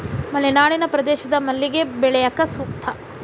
ಮಲೆನಾಡಿನ ಪ್ರದೇಶ ಮಲ್ಲಿಗೆ ಬೆಳ್ಯಾಕ ಸೂಕ್ತ